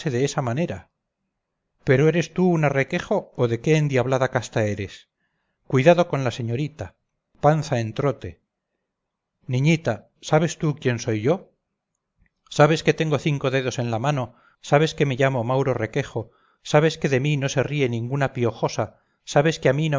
de esa manera pero eres tú una requejo o de qué endiablada casta eres cuidado con la señorita panza en trote niñita sabes tú quién soy yo sabes que tengo cinco dedos en la mano sabes que me llamo mauro requejo sabes que de mí no se ríe ninguna piojosa sabes que a mí